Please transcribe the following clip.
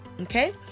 okay